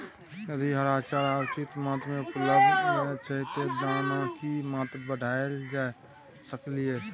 यदि हरा चारा उचित मात्रा में उपलब्ध नय छै ते दाना की मात्रा बढायल जा सकलिए?